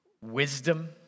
wisdom